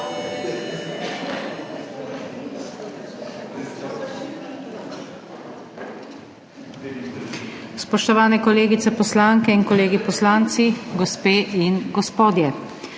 Spoštovani kolegice poslanke in kolegi poslanci, gospe in gospodje!